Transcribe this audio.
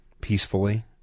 peacefully